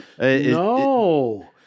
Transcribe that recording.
no